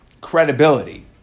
credibility